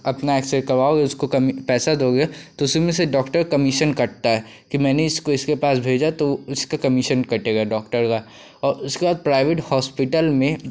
अपना एक्सरे करवाओगे तो उसको कम पैसा दोगे तो उसी में से डॉक्टर कमीशन काटता है कि मैंने इसको इसके पास भेजा तो उसका कमीशन कटेगा डॉक्टर का और उसके बाद प्राइवेट हॉस्पिटल में